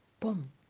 Boom